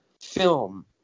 film